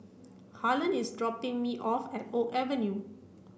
Harlon is dropping me off at Oak Avenue